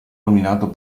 nominato